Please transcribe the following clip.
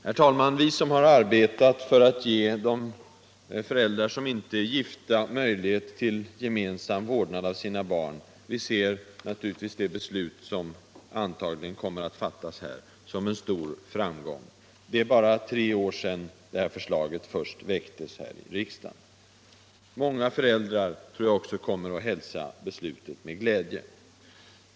Herr talman! Vi som har arbetat för att ge föräldrar som inte är gifta möjlighet till gemensam vårdnad om sin barn ser naturligtvis det beslut som antagligen kommer att fattas här i dag som en stor framgång. Det är bara tre år sedan förslaget först väcktes i riksdagen. Jag tror också att många föräldrar kommer att hälsa beslutet med glädje.